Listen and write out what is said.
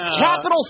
Capital